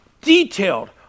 detailed